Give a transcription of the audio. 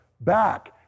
back